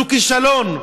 זה כישלון,